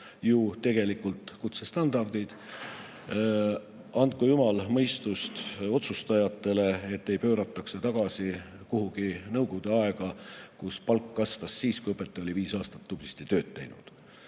ju tegelikult olemas kutsestandardid. Andku jumal mõistust otsustajatele, et ei pöörataks seda tagasi kuhugi Nõukogude aega, kus palk kasvas siis, kui õpetaja oli viis aastat tublisti tööd teinud.